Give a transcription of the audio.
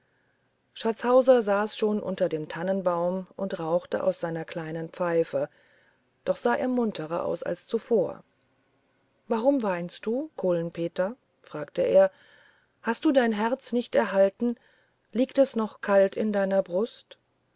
schatzhauser saß schon unter dem tannenbaum und rauchte aus seiner kleinen pfeife doch sah er munterer aus als zuvor warum weinst du kohlen peter fragte er hast du dein herz nicht erhalten liegt noch das kalte in deiner brust